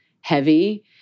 heavy